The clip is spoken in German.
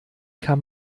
kann